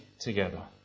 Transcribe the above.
together